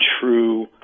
true